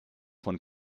von